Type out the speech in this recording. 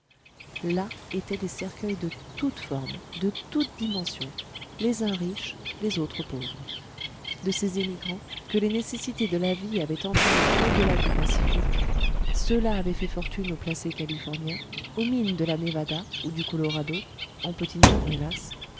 là étaient des cercueils de toutes formes de toutes dimensions les uns riches les autres pauvres de ces émigrants que les nécessités de la vie avaient entraînés au-delà du pacifique ceuxlà avaient fait fortune aux placers californiens aux mines de la névada ou du colorado en petit nombre hélas